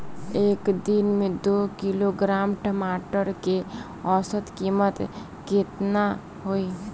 एक दिन में दो किलोग्राम टमाटर के औसत कीमत केतना होइ?